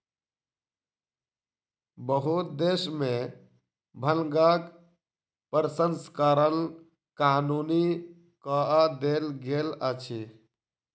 बहुत देश में भांगक प्रसंस्करण कानूनी कअ देल गेल अछि